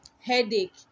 headache